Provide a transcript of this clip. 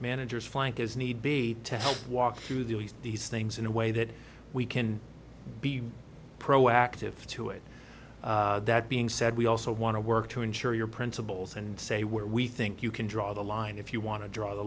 managers flank as need be to help walk through these these things in a way that we can be proactive to it that being said we also want to work to ensure your principles and say where we think you can draw the line if you want to draw the